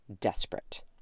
desperate